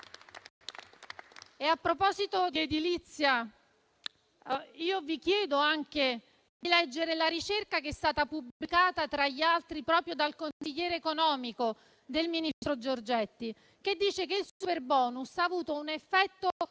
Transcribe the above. A proposito di edilizia, vi chiedo anche di leggere la ricerca che è stata pubblicata, tra gli altri, proprio dal consigliere economico del ministro Giorgetti, secondo cui il superbonus ha avuto un effetto